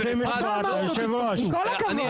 עם כל הכבוד.